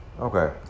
Okay